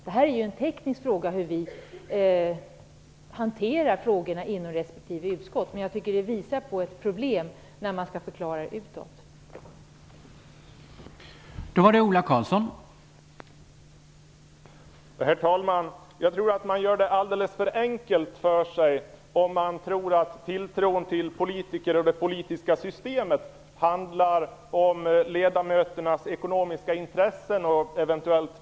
Det är en teknisk fråga hur vi hanterar frågorna inom respektive utskott, men det blir problem när vi skall förklara det för en utomstående.